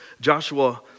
Joshua